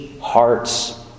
hearts